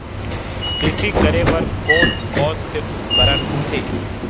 कृषि करेबर कोन कौन से उपकरण होथे?